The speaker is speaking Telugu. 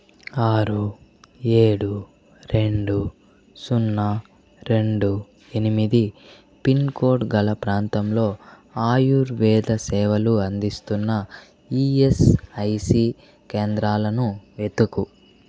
ఆరు ఏడు రెండు సున్నా రెండు ఎనిమిది పిన్కోడ్ గల ప్రాంతంలో ఆయుర్వేద సేవలని అందిస్తున్న ఈఎస్ఐసీ కేంద్రాలని వెతుకుము